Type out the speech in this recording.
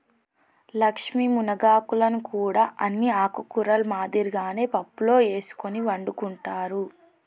లక్ష్మీ మునగాకులను కూడా అన్ని ఆకుకూరల మాదిరిగానే పప్పులో ఎసుకొని వండుకుంటారు